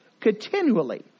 continually